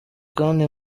kandi